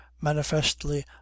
manifestly